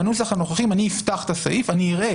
בנוסח הנוכחי אם אני אפתח את הסעיף אני אראה